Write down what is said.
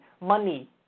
Money